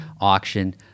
auction